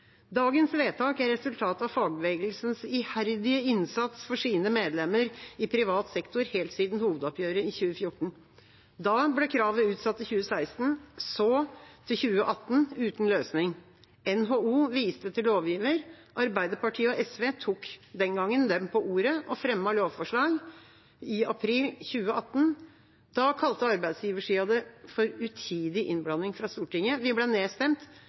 Dagens vedtak er resultatet av fagbevegelsens iherdige innsats for sine medlemmer i privat sektor helt siden hovedoppgjøret i 2014. Da ble kravet utsatt til 2016, så til 2018 – uten løsning. NHO viste til lovgiver. Arbeiderpartiet og SV tok dem på ordet den gangen og fremmet lovforslag i april 2018. Da kalte arbeidsgiversida det for utidig innblanding fra Stortinget. Vi ble nedstemt,